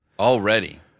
Already